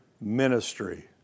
ministry